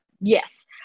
yes